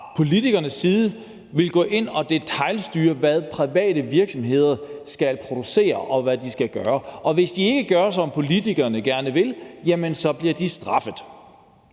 politikernes side vil gå ind og detailstyre, hvad private virksomheder skal producere, og hvad de skal gøre. Og hvis ikke de gør, som politikerne gerne vil, så bliver de straffet.